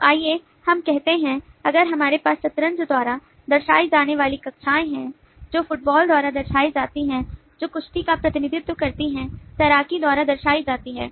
तो आइए हम कहते हैं अगर हमारे पास शतरंज द्वारा दर्शाई जाने वाली कक्षाएं हैं जो फुटबॉल द्वारा दर्शाई जाती हैं जो कुश्ती का प्रतिनिधित्व करती हैं तैराकी द्वारा दर्शाई जाती हैं